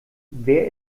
wer